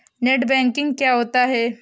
Net banking क्या होता है?